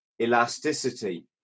elasticity